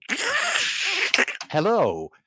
Hello